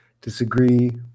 disagree